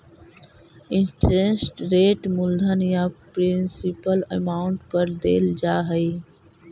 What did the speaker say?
interest rate मूलधन या principal amount पर देल जा हई